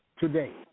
Today